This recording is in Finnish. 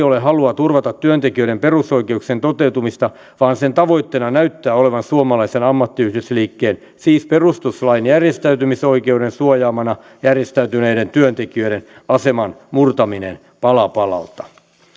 ole halua turvata työntekijöiden perusoikeuksien toteutumista vaan sen tavoitteena näyttää olevan suomalaisen ammattiyhdistysliikkeen siis perustuslain järjestäytymisoikeuden suojaamana järjestäytyneiden työntekijöiden aseman murtaminen pala palalta